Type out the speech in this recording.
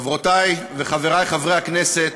חברותי וחברי חברי הכנסת,